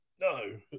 No